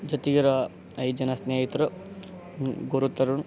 ಜೊತೆಗಿರೋ ಐದು ಜನ ಸ್ನೇಹಿತರು ಗುರು ತರುಣ್